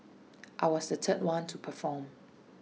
I was the third one to perform